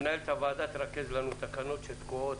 מנהלת הוועדה תרכז לנו תקנות שתקועות